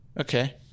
okay